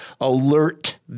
alert